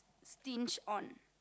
sting on